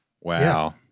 Wow